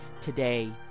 today